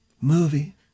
movie